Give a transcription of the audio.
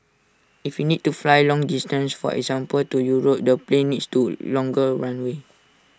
if we need to fly long distance for example to Europe the plane needs to longer runway